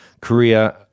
Korea